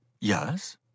Yes